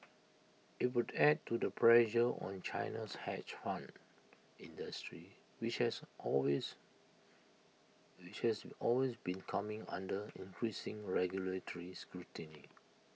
IT would add to the pressure on China's hedge fund industry which has always which has always been coming under increasing regulatory scrutiny